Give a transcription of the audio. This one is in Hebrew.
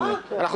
א',